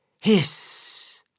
Hiss